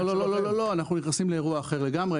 לא לא לא, אנחנו נכנסים לאירוע אחר לגמרי.